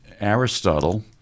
Aristotle